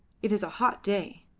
it is a hot day.